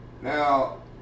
Now